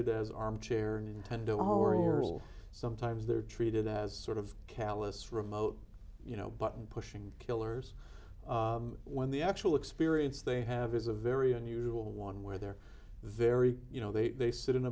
did as armchair nintendo hurrell sometimes they're treated as sort of callous remote you know button pushing killers when the actual experience they have is a very unusual one where they're very you know they sit in